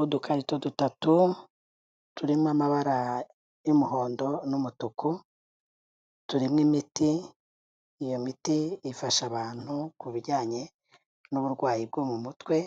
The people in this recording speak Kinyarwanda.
Udukarito dutatu turimo amabara y'umuhondo n'umutuku, turimo imiti, iyo miti ifasha abantu ku bijyanye n'uburwayi bwo mu mutwe,